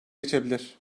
geçebilir